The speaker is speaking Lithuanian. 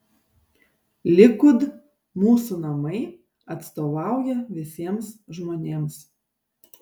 likud mūsų namai atstovauja visiems žmonėms